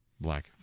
black